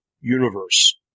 universe